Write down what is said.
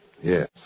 Yes